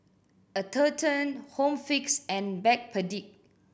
Atherton Home Fix and Backpedic